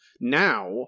now